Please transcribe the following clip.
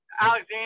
Alexander